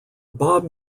bob